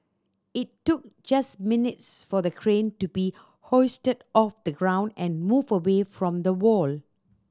it took just minutes for the crane to be hoisted off the ground and moved away from the wall